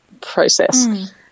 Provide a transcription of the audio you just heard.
process